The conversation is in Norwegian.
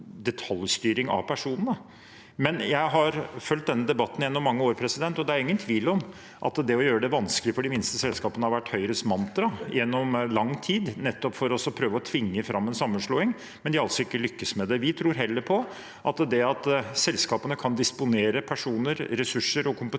det er ingen tvil om at å gjøre det vanskeligere for de minste selskapene har vært Høyres mantra gjennom lang tid, nettopp for å prøve å tvinge fram en sammenslåing, men de har altså ikke lyktes med det. Vi tror hel ler det at selskapene kan disponere personer, ressurser og kompetanse